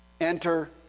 Enter